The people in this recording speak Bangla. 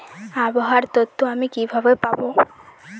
আবহাওয়ার তথ্য আমি কিভাবে পাবো?